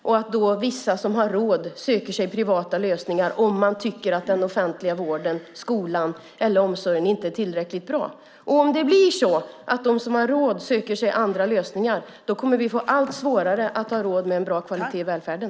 Då söker sig de som har råd till privata lösningar när de tycker att den offentliga vården, omsorgen och skolan inte är tillräckligt bra. Men om de som har pengar söker sig andra lösningar kommer vi att få allt svårare att ha råd med en bra kvalitet i välfärden.